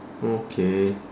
okay